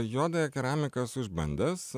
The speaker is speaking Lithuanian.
juodąją keramiką esu išbandęs